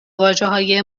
واژههای